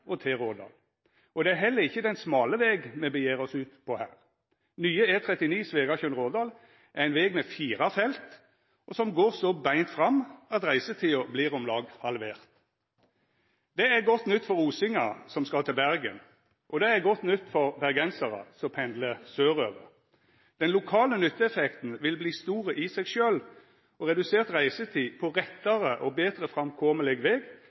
til Rådal. Det er heller ikkje den smale veg me dreg ut på her. Nye E39 Svegatjørn–Rådal er ein veg med fire felt, og som går så beint fram at reisetida vert om lag halvert. Det er godt nytt for osingar som skal til Bergen, og det er godt nytt for bergensarar som pendlar sørover. Den lokale nytteeffekten vil verta stor i seg sjølv, og redusert reisetid på ein rettare og betre framkomeleg veg